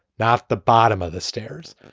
not the bottom of the stairs.